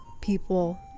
people